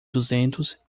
duzentos